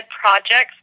projects